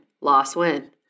loss-win